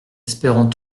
espérant